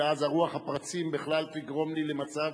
ואז רוח הפרצים בכלל תגרום לי למצב